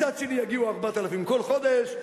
מצד שלישי יגיעו 4,000 כל חודש,